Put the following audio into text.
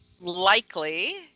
likely